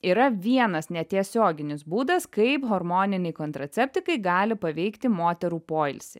yra vienas netiesioginis būdas kaip hormoniniai kontraceptikai gali paveikti moterų poilsį